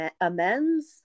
amends